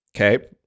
Okay